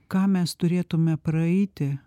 ką mes turėtume praeiti